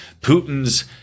Putin's